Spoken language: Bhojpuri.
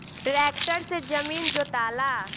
ट्रैक्टर से जमीन जोताला